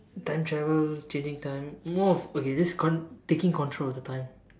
time travel changing time more of okay just con~ taking control of the time